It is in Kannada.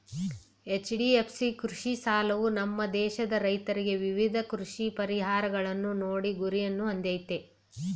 ಎಚ್.ಡಿ.ಎಫ್.ಸಿ ಕೃಷಿ ಸಾಲವು ನಮ್ಮ ದೇಶದ ರೈತ್ರಿಗೆ ವಿವಿಧ ಕೃಷಿ ಪರಿಹಾರಗಳನ್ನು ನೀಡೋ ಗುರಿನ ಹೊಂದಯ್ತೆ